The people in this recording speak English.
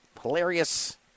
Hilarious